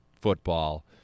football